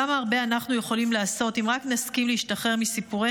כמה הרבה אנחנו יכולים לעשות אם רק נסכים להשתחרר מסיפורי